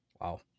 wow